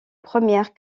première